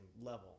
level